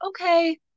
okay